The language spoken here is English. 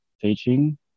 teaching